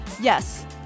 Yes